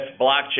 blockchain